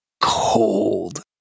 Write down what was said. Cold